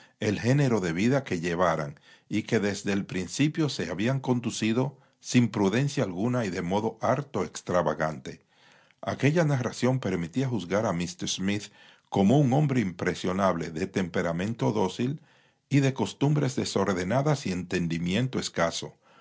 el género de vida que llevaran y que desde el principio se habían conducido sin prudencia alguna y de modo harto extravagante aquella narración permitía juzgar a míster smith como un hombre impresionable de temperamento dócil de costumbres desordenadas y entendimiento escaso